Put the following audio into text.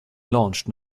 launched